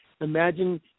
Imagine